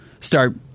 start